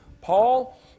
Paul